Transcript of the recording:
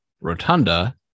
Rotunda